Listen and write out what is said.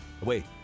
Wait